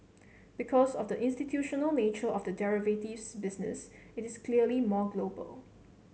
because of the institutional nature of the derivatives business it is clearly more global